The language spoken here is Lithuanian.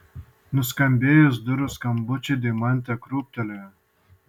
nuskambėjus durų skambučiui deimantė krūptelėjo